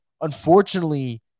unfortunately